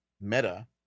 meta